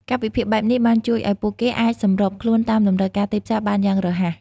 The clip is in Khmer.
ការវិភាគបែបនេះបានជួយឱ្យពួកគេអាចសម្របខ្លួនតាមតម្រូវការទីផ្សារបានយ៉ាងរហ័ស។